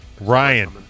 Ryan